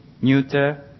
neuter